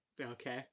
okay